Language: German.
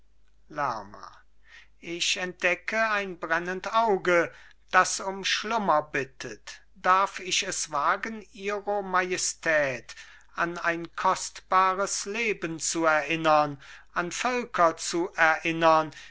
lerma ich entdecke ein brennend auge das um schlummer bittet darf ich es wagen ihro majestät an ein kostbares leben zu erinnern an völker zu erinnern